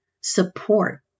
support